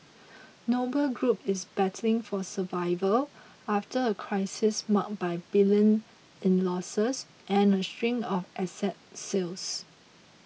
Noble Group is battling for survival after a crisis marked by billions in losses and a string of asset sales